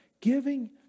giving